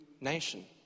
nation